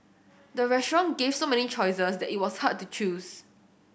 the restaurant gave so many choices that it was hard to choose